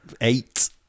eight